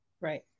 Right